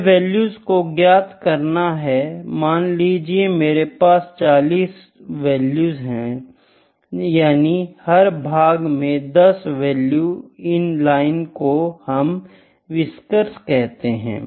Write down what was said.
हमें वैल्यूज को ज्ञात करना है मान लीजिए मेरे पास 40 वैल्यू है यानी हर भाग में 10 वैल्यू इन लाइन को हम व्हिस्केर कहते है